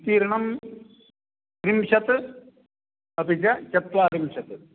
विस्तीर्णं त्रिंशत् अपि च चत्वारिंशत्